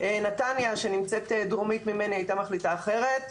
נתניה שנמצאת דרומית ממני הייתה מחליטה אחרת,